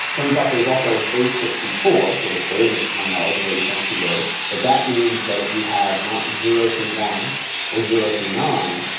turns out there's also base sixty four for which there isn't, to my knowledge, a really fancy word. but that means that you have not zero through one or zero through nine,